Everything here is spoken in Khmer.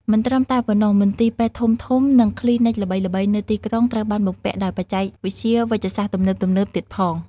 មិនត្រឹមតែប៉ុណ្ណោះ មន្ទីរពេទ្យធំៗ និងគ្លីនិកល្បីៗនៅទីក្រុងត្រូវបានបំពាក់ដោយ បច្ចេកវិទ្យាវេជ្ជសាស្ត្រទំនើបៗទៀតផង។